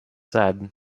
said